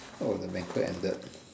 oh the ended